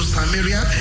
Samaria